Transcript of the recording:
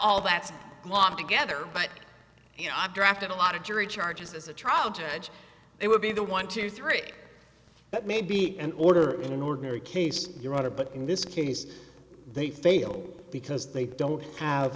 all that's locked together but you know i've drafted a lot of jury charges as a trial judge it would be the one two three that may be an order in an ordinary case your honor but in this case they fail because they don't have